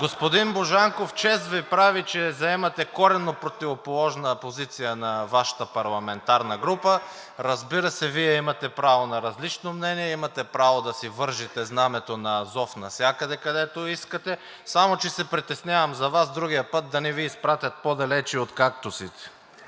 Господин Божанков, чест Ви прави, че заемате коренно противоположна позиция на Вашата парламентарна група. Разбира се, Вие имате право на различно мнение, имате право да си вържете знамето на „Азов“ навсякъде, където искате, само че се притеснявам за Вас другия път да не Ви изпратят по-далече и от кактусите!